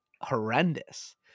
horrendous